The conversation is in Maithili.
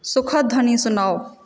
सुखद ध्वनि सुनाउ